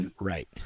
Right